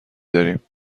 داریم